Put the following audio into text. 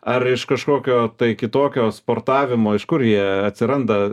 ar iš kažkokio tai kitokio sportavimo iš kur jie atsiranda